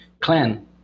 clan